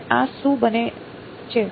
અને આ શું બને છે